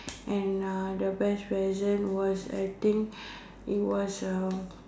and the best present I think is was a